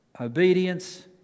Obedience